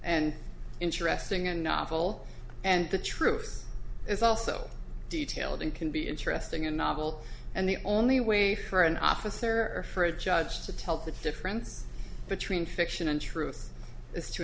and interesting and novel and the truth is also detailed and can be interesting and novel and the only way for an officer or for a judge to tell the difference between fiction and truth is to